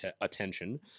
attention